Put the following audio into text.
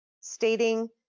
stating